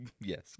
yes